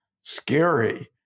scary